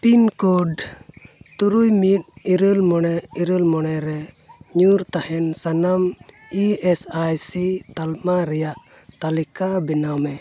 pin code ᱛᱩᱨᱩᱭ ᱢᱤᱫ ᱤᱨᱟᱹᱞ ᱢᱚᱬᱮ ᱤᱨᱟᱹᱞ ᱢᱚᱬᱮ ᱨᱮ ᱧᱩᱨ ᱛᱟᱦᱮᱱ ᱥᱟᱱᱟᱢ ᱤ ᱮᱥ ᱟᱭ ᱥᱤ ᱛᱟᱞᱢᱟ ᱨᱮᱭᱟᱜ ᱛᱟᱹᱞᱤᱠᱟ ᱵᱮᱱᱟᱣ ᱢᱮ